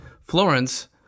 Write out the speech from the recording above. Florence